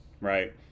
Right